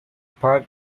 park